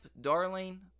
Darling